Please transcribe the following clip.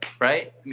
right